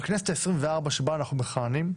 בכנסת ה-24 שבה אנחנו מכהנים,